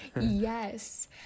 Yes